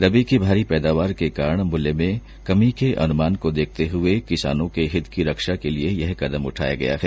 रबी की भारी पैदावार के कारण मुल्य में कमी के अनुमान को देखते हुए किसानों के हित की रक्षा के लिए यह कदम उठाया गया है